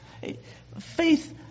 Faith